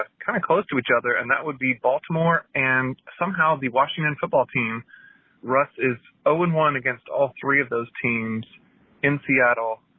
ah kind of close to each other, and that would be baltimore. and somehow the washington football team russ is, oh, and one against all three of those teams in seattle,